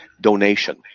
donation